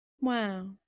Wow